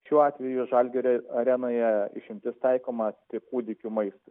šiuo atveju žalgirio arenoje išimtis taikoma tik kūdikių maistui